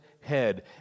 head